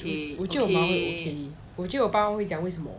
我觉得我妈会 okay 我觉得我爸会讲为什么